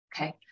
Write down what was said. okay